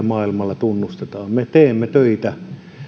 maailmalla tunnustetaan me teemme töitä